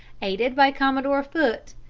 aided by commodore foote,